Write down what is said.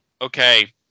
okay